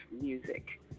music